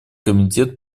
комитет